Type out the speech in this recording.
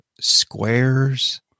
squares